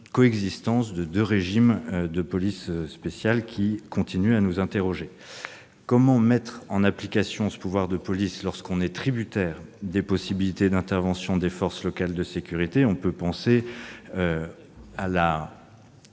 coexistence de deux régimes de police spéciale. Comment mettre en application ce pouvoir de police lorsque l'on est tributaire des possibilités d'intervention des forces locales de sécurité ?